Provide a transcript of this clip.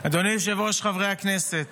אדוני היושב-ראש, חברי הכנסת,